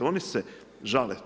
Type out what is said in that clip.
Oni se žale.